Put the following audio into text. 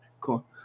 Cool